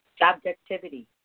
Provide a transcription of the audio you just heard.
Objectivity